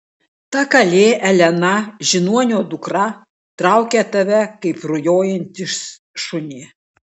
ta kalė elena žiniuonio dukra traukia tave kaip rujojantį šunį